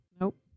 Nope